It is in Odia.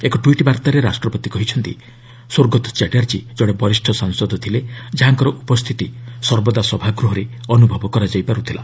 ଏକ ଟ୍ୱିଟ୍ ବାର୍ତ୍ତାରେ ରାଷ୍ଟ୍ରପତି କହିଛନ୍ତି ସ୍ୱର୍ଗତ ଚାଟ୍ଟାର୍କୀ ଜଣେ ବରିଷ୍ଣ ସାଂସଦ ଥିଲେ ଯାହାଙ୍କର ଉପସ୍ଥିତି ସର୍ବଦା ସଭାଗ୍ରହରେ ଅନ୍ତର୍ଭବ କରାଯାଇପାରୁଥିଲା